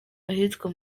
ahitwa